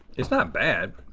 it's not bad.